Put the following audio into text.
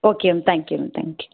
okay ma'am thank you ma'am thank you